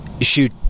shoot